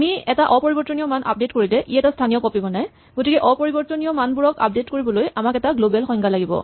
আমি এটা অপৰিবৰ্তনীয় মান আপডেট কৰিলে ই এটা স্হানীয় কপি বনায় গতিকে অপৰিবৰ্তনীয় মানবোৰক আপডেট কৰিবলৈ আমাক এটা গ্লৱেল সংজ্ঞা লাগিব